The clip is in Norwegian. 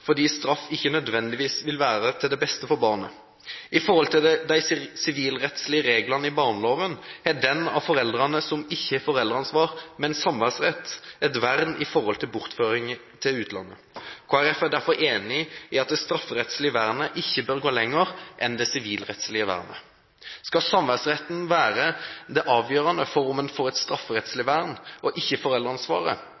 fordi straff ikke nødvendigvis vil være til det beste for barnet. I forhold til de sivilrettslige reglene i barneloven har den av foreldrene som ikke har foreldreansvar, men samværsrett, et vern i forhold til bortføringer til utlandet. Kristelig Folkeparti er derfor enig i at det strafferettslige vernet ikke bør gå lenger enn det sivilrettslige vernet. Skal samværsretten og ikke foreldreansvaret være avgjørende for om en får et